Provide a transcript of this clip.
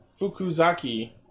Fukuzaki